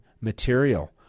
material